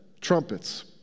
trumpets